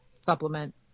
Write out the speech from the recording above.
supplement